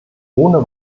ohne